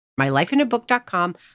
MyLifeInABook.com